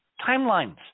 timelines